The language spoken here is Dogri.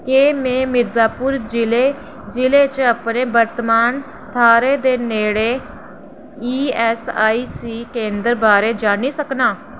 केह् मैं मिर्जापुर जि'ले जि'ले च अपने वर्तमान थाह्रै दे नेड़े ई ऐस आई सी केंदर बारै जानी सकनां